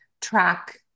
track